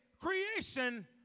creation